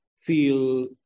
feel